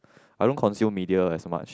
I don't consume media as much